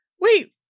Wait